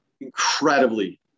incredibly